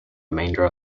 remainder